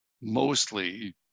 mostly